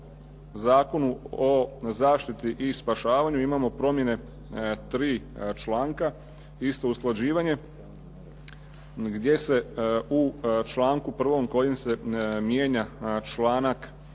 Zakonu o zaštiti i spašavanju imamo primjene tri članka isto usklađivanje gdje se u članku 1. kojim se mijenja članak